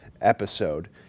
episode